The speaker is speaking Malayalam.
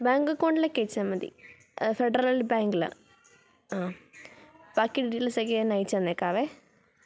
ബാങ്ക് അക്കൗണ്ടിലേക്ക് അയച്ചാൽ മതി ഫെഡറല് ബാങ്കിൽ ആ ബാക്കി ഡീറ്റയില്സ് ഒക്കെ ഞാന് അയച്ചു തന്നേക്കാമേ